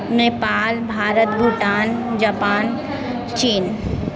Nepal Bharat Bhutan Japan चीन